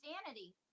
insanity